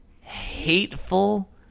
hateful